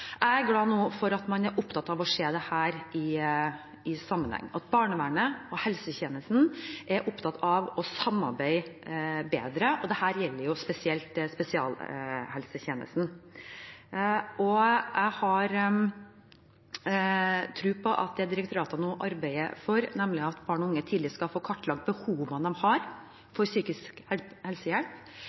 Jeg er glad for at man nå er opptatt av å se dette i sammenheng, at barnevernet og helsetjenesten er opptatt av å samarbeide bedre, og dette gjelder jo spesielt spesialisthelsetjenesten. Jeg har tro på at det direktoratet nå arbeider for, nemlig at barn og unge tidlig skal få kartlagt behovene de har for psykisk helsehjelp,